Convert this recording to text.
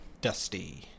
Dusty